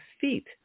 feet